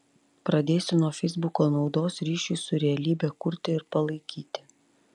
pradėsiu nuo feisbuko naudos ryšiui su realybe kurti ir palaikyti